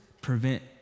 prevent